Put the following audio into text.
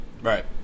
Right